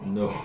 no